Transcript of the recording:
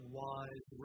wise